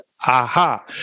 aha